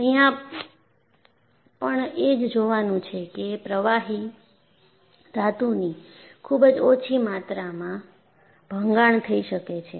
અહીંયા પણ એજ જોવાનું છે કે પ્રવાહી ધાતુની ખૂબ જ ઓછી માત્રામાં ભંગાણ થઈ શકે છે